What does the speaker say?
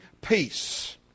peace